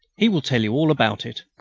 he will tell you all about it.